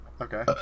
Okay